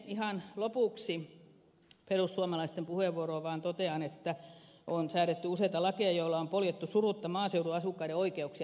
ihan lopuksi vaan totean perussuomalaisten puheenvuoroon että on säädetty useita lakeja joilla on poljettu surutta maaseudun asukkaiden oikeuksia